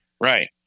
Right